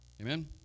Amen